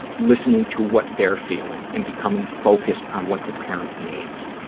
listening to what they're feeling and becoming focused on what the parent needs,